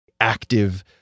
active